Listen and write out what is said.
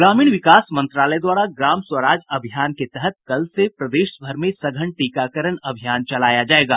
ग्रामीण विकास मंत्रालय द्वारा ग्राम स्वराज अभियान के तहत कल से प्रदेशभर में सघन टीकाकरण अभियान चलाया जायेगा